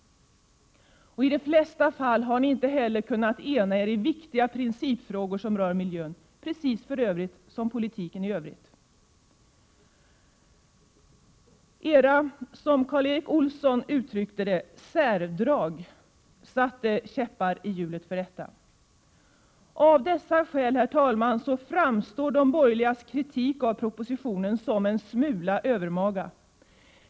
I de flesta fall har ni heller inte kunnat ena er i viktiga principfrågor rörande miljön, precis som i politiken i övrigt. Era särdrag — som Karl Erik Olsson uttryckte det — satte käppar i hjulen för detta. Av dessa skäl framstår er kritik av regeringens proposition som en smula övermaga.